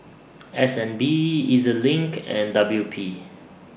S N B E Z LINK and W P